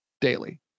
daily